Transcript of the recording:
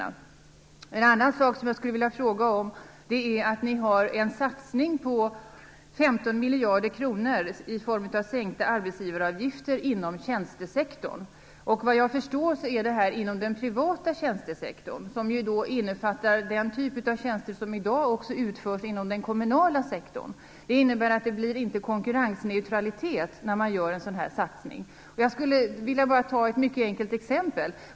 Det finns en annan sak som jag skulle vilja fråga om. Ni har en satsning på 15 miljarder kronor i form av sänkta arbetsgivaravgifter inom tjänstesektorn. Vad jag förstår gäller det inom den privata tjänstesektorn, som ju innefattar den typ av tjänster som i dag också utförs inom den kommunala sektorn. Men gör man en sådan här satsning innebär det att det inte blir konkurrensneutralitet. Jag skulle vilja ta ett mycket enkelt exempel.